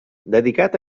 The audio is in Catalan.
dedicat